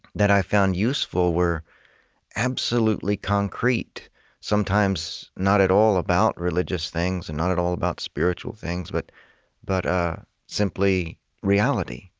that i found useful were absolutely concrete sometimes not at all about religious things and not at all about spiritual things, but but ah simply reality,